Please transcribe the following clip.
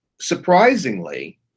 surprisingly